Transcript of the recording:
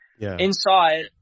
Inside